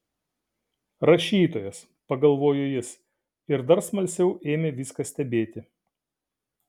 rašytojas pagalvojo jis ir dar smalsiau ėmė viską stebėti